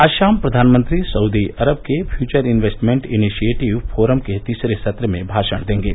आज शाम प्रधानमंत्री सऊदी अरब के पयूचर इन्वेस्टमेंट इनिशिएटिव फोरम के तीसरे सत्र में भाषण देंगे